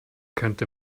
könnte